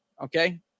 okay